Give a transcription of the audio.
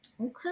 Okay